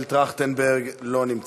חבר הכנסת טרכטנברג, לא נמצא,